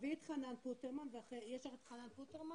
יש את חנן פוטרמן?